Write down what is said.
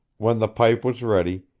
when the pipe was ready,